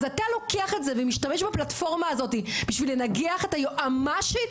אז אתה לוקח את זה ומשתמש בפלטפורמה הזאת בשביל לנגח את היועמ"שית?